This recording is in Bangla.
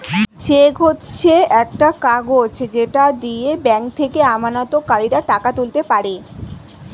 চেক হচ্ছে একটা কাগজ যেটা দিয়ে ব্যাংক থেকে আমানতকারীরা টাকা তুলতে পারে